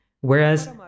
whereas